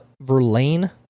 Verlaine